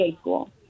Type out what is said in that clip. school